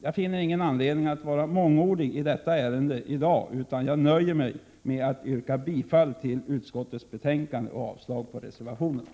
Jag finner ingen anledning att vara mångordig i detta ärende i dag, utan nöjer mig med att yrka bifall till utskottets hemställan och avslag på reservationerna.